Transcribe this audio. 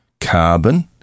carbon